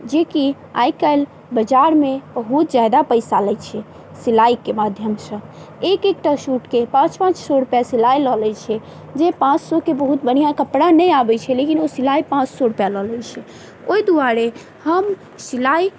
जेकि आइ काल्हि बजारमे बहुत जादा पैसा लै छै सिलाइके माध्यमसँ एक एकटा शूटके पाँच पाँच सए रुपैआ सिलाइ लऽ लै छै जे पाँच सएके बहुत बढ़िऑं कपड़ा नहि आबै छै लेकिन ओ सिलाइ पाँच सए रुपैआ लऽ लै छै ओहि दुआरे हम सिलाइ